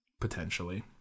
Potentially